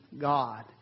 God